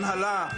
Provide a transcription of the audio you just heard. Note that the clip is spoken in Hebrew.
הנהלה,